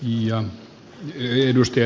arvoisa puhemies